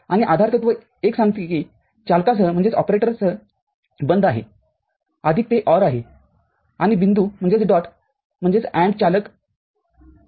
आणि आधारतत्व एक सांगते की हे चालकासहबंद आहे आदिक ते OR आहे आणि बिंदू म्हणजेच AND चालक आहे